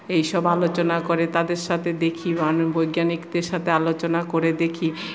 এইসব আলোচনা করে তাদের সাথে দেখি বৈজ্ঞানিকদের সাথে আলোচনা করে দেখি